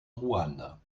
ruanda